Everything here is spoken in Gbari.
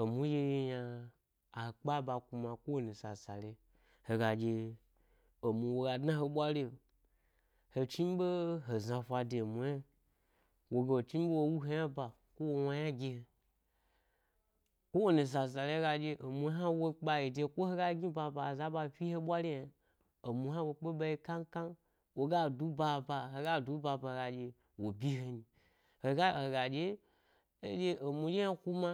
Emu ɗye yi yna-a kpa ɓa kima ko wani sasale, hega ɗye-emu woga dna he ɓwari’o, he chni ɓehe za’fna de emu hnayi woga le chniɓe wow u he’yna ba ko wo wna’ yona gi he, ko wani sasale hega ɗye emu hna wo kpayi de ko ha ga gni b aba, aza ba fi he bwari yna, emu hna wo kpe ɓa ye kam-kam woga du b aba hega ɗye-wo, bi he nyi hega’ hega ɗye-eɗye emu ɗye hna kuma